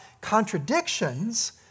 contradictions